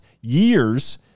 years